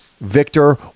Victor